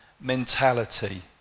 mentality